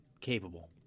capable